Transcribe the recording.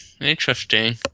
Interesting